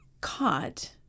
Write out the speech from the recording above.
caught